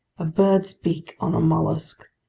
a bird's beak on a mollusk!